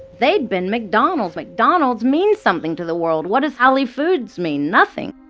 they'd been mcdonald's. mcdonald's means something to the world. what does ali foods mean? nothing